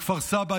בכפר סבא,